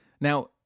Now